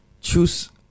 choose